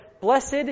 Blessed